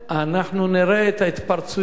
אנחנו נראה את ההתפרצויות,